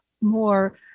more